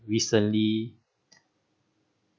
recently